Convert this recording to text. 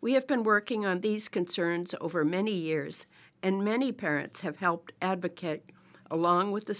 we have been working on these concerns over many years and many parents have helped advocate along with the